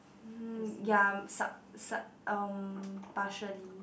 hmm ya sub sub um partially